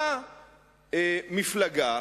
באה מפלגה,